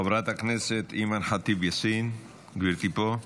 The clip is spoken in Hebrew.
חברת הכנסת אימאן ח'טיב יאסין, גברתי פה?